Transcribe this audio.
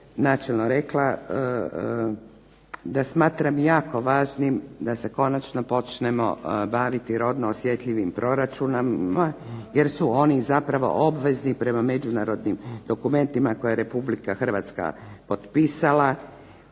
načelno rekla da smatram jako važnim da se konačno počnemo baviti rodno osjetljivim proračunama jer su oni zapravo obvezni prema međunarodnim dokumentima koje je Republika Hrvatska potpisala.